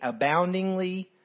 aboundingly